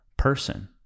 Person